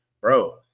bro